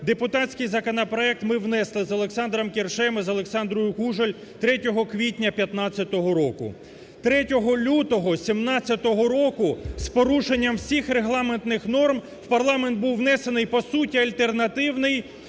Депутатський законопроект ми внесли з Олександром Кіршем і з Олександрою Кужель 3 квітня 15-го року. 3 лютого 17-го року з порушенням всіх регламентних норм в парламент був внесений по суті альтернативний